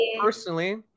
personally